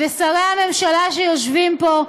ושרי הממשלה שיושבים פה,